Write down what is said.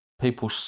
people